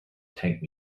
tank